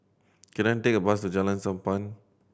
can I take a bus to Jalan Sappan